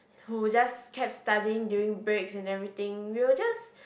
who just kept studying during breaks and everything we will just